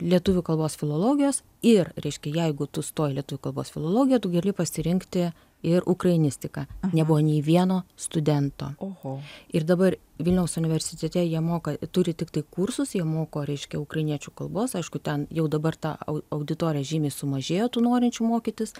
lietuvių kalbos filologijos ir reiškia jeigu tu stoji į lietuvių kalbos filologiją tu gali pasirinkti ir ukrainistiką nebuvo nei vieno studento ir dabar vilniaus universitete jie moka turi tiktai kursus jie moko reiškia ukrainiečių kalbos aišku ten jau dabar ta au auditorija žymiai sumažėjo tų norinčių mokytis